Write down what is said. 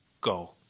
go